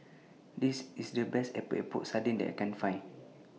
This IS The Best Epok Epok Sardin that I Can Find